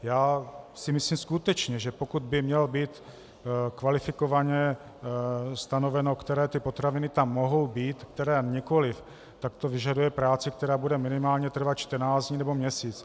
Já si myslím skutečně, že pokud by mělo být kvalifikovaně stanoveno, které potraviny tam mohou být a které nikoliv, tak to vyžaduje práci, která bude minimálně trvat 14 dní nebo měsíc.